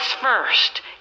first